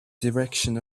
direction